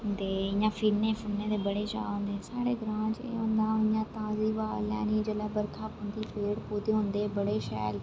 दे इयां फिरने फुरने दे बड़ा चाऽ होंदा साढ़े ग्रां च एह् होंदा ताजी ब्हा लैनी जेल्ले बर्खा पौंदी पेड़ पोधे होंदे बड़े शैल